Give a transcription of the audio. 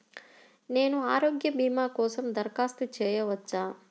నేను ఆరోగ్య భీమా కోసం దరఖాస్తు చేయవచ్చా?